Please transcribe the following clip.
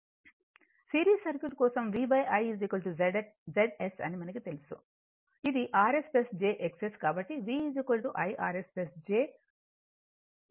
series circuit కోసం V I Z S అని మనకు తెలుసు ఇది Rs jXS కాబట్టి V IRs jIXS